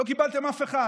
לא קיבלתם אף אחד.